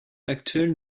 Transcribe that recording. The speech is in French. actuel